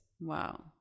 Wow